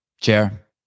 Chair